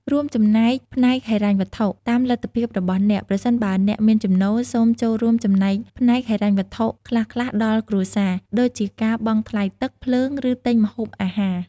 រួមចំណែកផ្នែកហិរញ្ញវត្ថុ តាមលទ្ធភាពរបស់អ្នក ប្រសិនបើអ្នកមានចំណូល សូមចូលរួមចំណែកផ្នែកហិរញ្ញវត្ថុខ្លះៗដល់គ្រួសារ ដូចជាការបង់ថ្លៃទឹក ភ្លើង ឬទិញម្ហូបអាហារ។